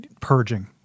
purging